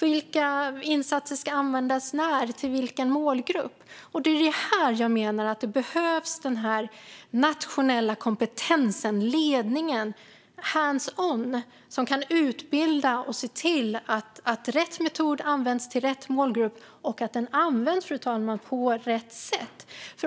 Vilka insatser ska användas när och för vilken målgrupp? Det är här jag menar att det behövs nationell kompetens och ledning, hands-on, för att utbilda och se till att rätt metod används för rätt målgrupp och, fru talman, på rätt sätt.